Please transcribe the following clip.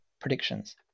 predictions